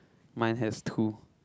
mine has two